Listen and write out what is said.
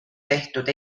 tehtud